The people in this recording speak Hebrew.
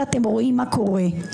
ואתם רואים מה קורה.